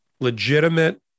legitimate